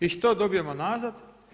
I što dobijemo nazad?